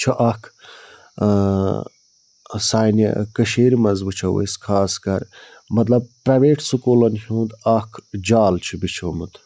چھُ اَکھ سانہِ کٔشیٖرِ منٛز وُچھو أسۍ خاص کَر مطلب پرٛیویٹ سکوٗلَن ہُنٛد اَکھ جال چھُ بِچھومُت